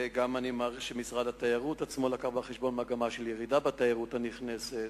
ואני מעריך שגם משרד התיירות הביא בחשבון מגמה של ירידה בתיירות הנכנסת.